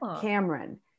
Cameron